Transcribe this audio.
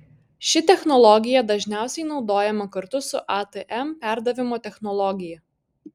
ši technologija dažniausiai naudojama kartu su atm perdavimo technologija